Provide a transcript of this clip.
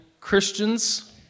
Christians